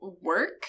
work